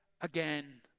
again